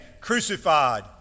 crucified